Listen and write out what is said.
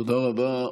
תודה רבה.